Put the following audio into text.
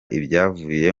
ibyavuye